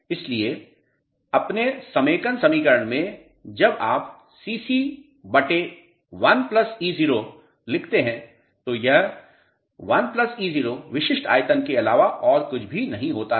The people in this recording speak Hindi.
इसलिए अपने समेकन समीकरण में जब आप Cc बटे भागित 1 eo लिखते हैं तो 1 eo विशिष्ट आयतन के अलावा और कुछ भी नहीं होता है